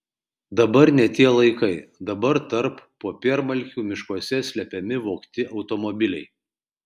dabar ne tie laikai dabar tarp popiermalkių miškuose slepiami vogti automobiliai